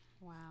Wow